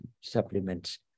supplements